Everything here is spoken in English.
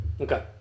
Okay